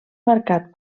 marcat